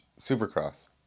supercross